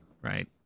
right